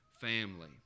family